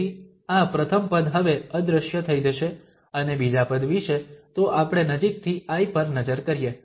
તેથી આ પ્રથમ પદ હવે અદૃશ્ય થઈ જશે અને બીજા પદ વિષે તો આપણે નજીકથી I પર નજર કરીએ